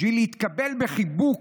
בשביל להתקבל בחיבוק